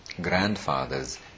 ...grandfathers